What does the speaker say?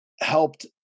helped